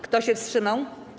Kto się wstrzymał?